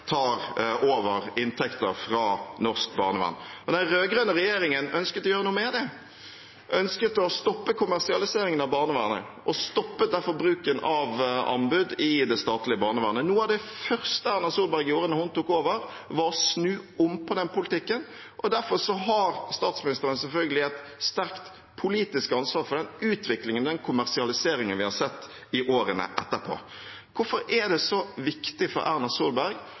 tar over inntekter fra norsk barnevern. Den rød-grønne regjeringen ønsket å gjøre noe med det, ønsket å stoppe kommersialiseringen av barnevernet, og stoppet derfor bruken av anbud i det statlige barnevernet. Noe av det første Erna Solberg gjorde da hun tok over, var å snu om på den politikken. Derfor har statsministeren selvfølgelig et sterkt politisk ansvar for den utviklingen, den kommersialiseringen, vi har sett i årene etterpå. Hvorfor er det så viktig for Erna Solberg